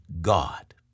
God